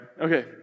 Okay